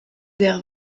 der